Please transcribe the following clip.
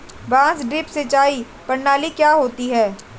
बांस ड्रिप सिंचाई प्रणाली क्या होती है?